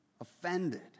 offended